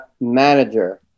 manager